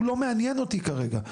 הוא לא מעניין אותי כרגע,